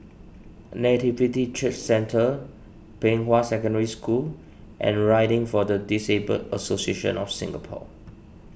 Nativity Church Centre Pei Hwa Secondary School and Riding for the Disabled Association of Singapore